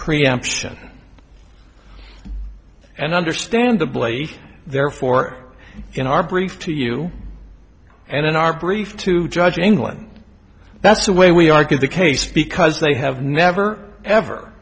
preemption and understandably therefore in our brief to you and in our brief to judge england that's the way we argued the case because they have never ever